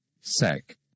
sec